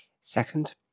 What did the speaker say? second